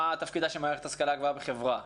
מה תפקידה של מערכת ההשכלה הגבוהה בחברה.